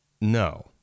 No